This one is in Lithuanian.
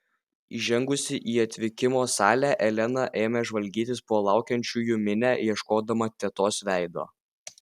įžengusi į atvykimo salę elena ėmė žvalgytis po laukiančiųjų minią ieškodama tetos veido